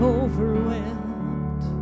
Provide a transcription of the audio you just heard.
overwhelmed